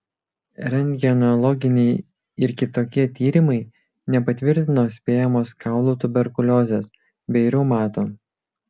rentgenologiniai ir kitokie tyrimai nepatvirtino spėjamos kaulų tuberkuliozės bei reumato